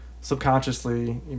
subconsciously